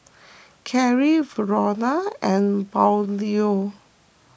Karrie Verona and Braulio